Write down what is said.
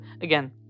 again